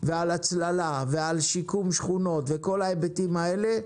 ועל הצללה ועל שיקום שכונות וכל ההיבטים האלה,